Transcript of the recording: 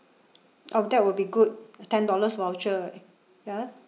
oh that will be good ten dollars voucher ya